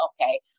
okay